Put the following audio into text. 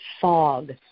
fog